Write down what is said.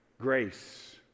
grace